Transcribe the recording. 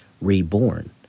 reborn